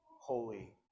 holy